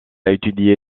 étudié